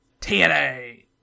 TNA